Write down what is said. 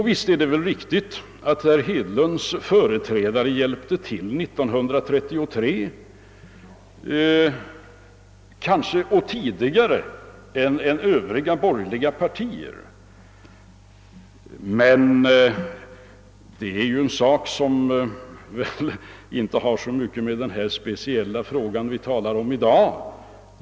Visst är det väl riktigt, att herr Hed lunds företrädare hjälpte till 1933, kanske tidigare än övriga borgerliga partier. Men det är väl en sak som inte har så mycket att göra med den fråga som vi talar om i dag.